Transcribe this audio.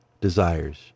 desires